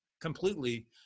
completely